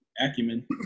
acumen